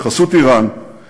חבר הכנסת בנימין נתניהו,